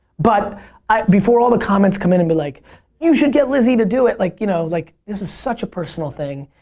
but before all the comments come in and be like you should get lizzie to do it. this like you know like is such a personal thing.